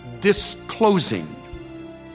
disclosing